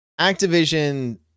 Activision